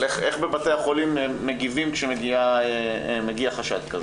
איך בבתי החולים מגיבים כשמגיע חשד כזה?